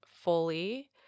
fully